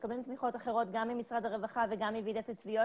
מקבלים תמיכות אחרות גם ממשרד הרווחה וגם מוועידת התביעות